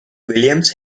williams